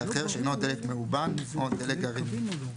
אחר שאינו דלק מאובן או דלק גרעיני,